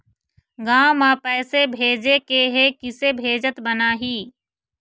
गांव म पैसे भेजेके हे, किसे भेजत बनाहि?